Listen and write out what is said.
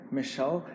Michelle